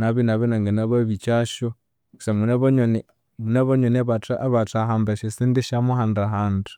nabu inabya inanginababikyasyu kusangwa mune abanyoni mune abanyoni abathehamba esyasente syamuhandahanda.